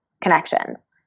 connections